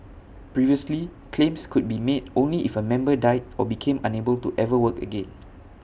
previously claims could be made only if A member died or became unable to ever work again